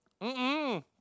Mm-mm